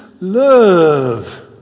love